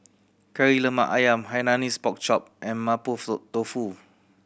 Kari Lemak Ayam Hainanese Pork Chop and mapo tofu